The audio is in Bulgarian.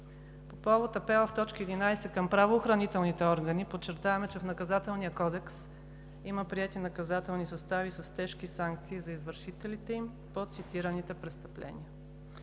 По повод апела в точка 11 към правоохранителните органи подчертаваме, че в Наказателния кодекс има приети наказателни състави с тежки санкции за извършителите им по цитираните престъпления.